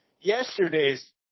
yesterday's